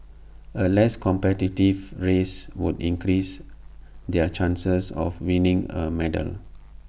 A less competitive race would increase their chances of winning A medal